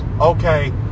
Okay